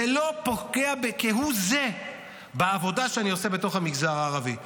זה לא פוגע בכהוא זה בעבודה שאני עושה בתוך המגזר הערבי הישראלי.